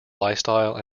lifestyle